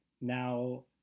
now